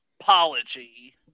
apology